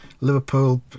Liverpool